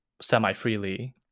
semi-freely